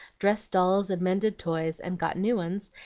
dressed dolls, and mended toys, and got new ones,